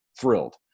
thrilled